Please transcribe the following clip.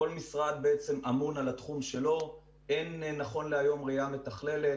כרגע כל אחד אמון על התחום שלו, אין ראייה מתכללת,